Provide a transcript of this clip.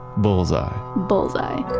bullseye bullseye.